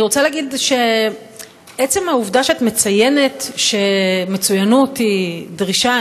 אני רוצה להגיד שעצם העובדה שאת מציינת שמצוינות היא דרישה,